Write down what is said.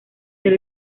del